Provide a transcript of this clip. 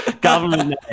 Government